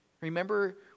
Remember